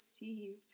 received